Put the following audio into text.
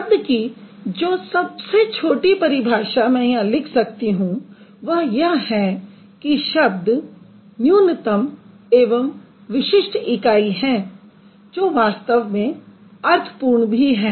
शब्द की जो सबसे छोटी परिभाषा मैं यहाँ लिख सकती हूँ वह यह है कि शब्द न्यूनतम एवं विशिष्ट इकाई हैं जो वास्तव में अर्थपूर्ण भी हैं